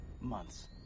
Months